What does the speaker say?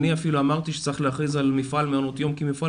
אפילו אמרתי שצריך להכריז על מפעל מעונות היום כמפעל